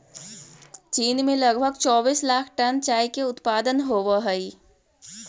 चीन में लगभग चौबीस लाख टन चाय के उत्पादन होवऽ हइ